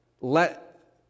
let